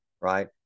right